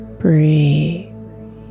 breathe